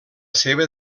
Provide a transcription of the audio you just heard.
seva